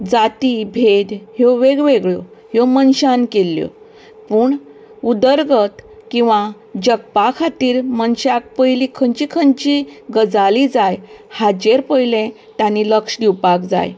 जातीं भेद ह्यो वेग वेगळ्यो ह्यो मनशान केल्ल्यो पूण उदरगत किंवां जगपा खातीर मनशाक पयली खंयचीं खंयचीं गजालीं जाय हाजेर पयलें तांणीं लक्ष दिवपाक जाय